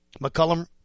McCullum